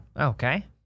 okay